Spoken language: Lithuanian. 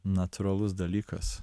natūralus dalykas